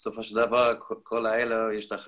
הנשירה לקראת סוף השירות מכל האופציות האחרות